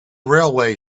railway